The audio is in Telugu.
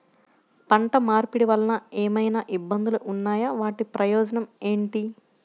పంట మార్పిడి వలన ఏమయినా ఇబ్బందులు ఉన్నాయా వాటి ప్రయోజనం ఏంటి?